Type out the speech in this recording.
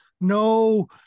No